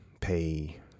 pay